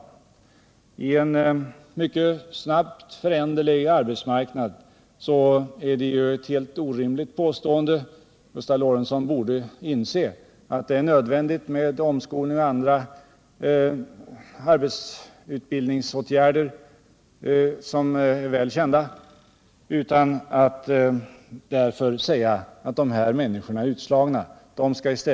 I en situation med en mycket snabbt föränderlig arbetsmarknad är det ett helt orimligt påstående. Gustav Lorentzon borde inse att det är nödvändigt med omskolning och andra arbetsmarknadsutbildningsåtgärder, som är väl kända. Man kan inte säga att de här människorna är utslagna 33 därför att de går i sådan utbildning.